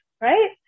right